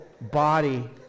body